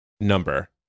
number